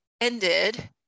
ended